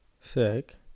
Sick